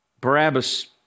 Barabbas